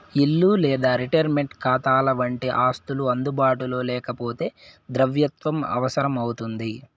ఇల్లు లేదా రిటైర్మంటు కాతాలవంటి ఆస్తులు అందుబాటులో లేకపోతే ద్రవ్యత్వం అవసరం అవుతుంది